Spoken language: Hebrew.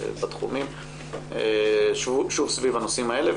המובילות בתחומים, שוב, סביב הנושאים האלה.